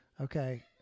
okay